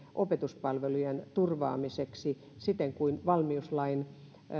opetuspalvelujen turvaamiseksi siten kuin valmiuslain